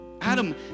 Adam